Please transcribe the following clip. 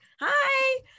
Hi